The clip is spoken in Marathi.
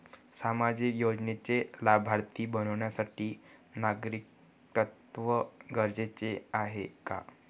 सामाजिक योजनेचे लाभार्थी बनण्यासाठी नागरिकत्व गरजेचे आहे का?